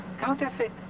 Counterfeit